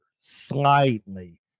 Slightly